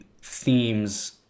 themes